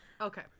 Okay